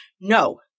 no